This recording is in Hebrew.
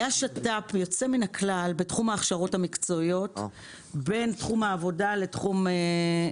היה שת"פ יוצא מן הכלל בתחום ההכשרות המקצועיות בין תחום העבודה לעסקים.